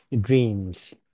dreams